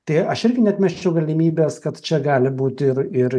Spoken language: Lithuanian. tai aš irgi neatmesčiau galimybės kad čia gali būti ir ir